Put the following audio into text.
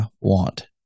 want